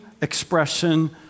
Expression